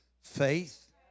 faith